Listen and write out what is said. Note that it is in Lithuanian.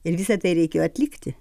ir visa tai reikėjo atlikti